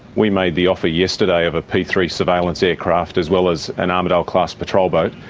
we made the offer yesterday of a p three surveillance aircraft, as well as an armidale-class patrol boat.